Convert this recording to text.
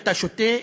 אתה שותה,